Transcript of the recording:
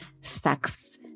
sex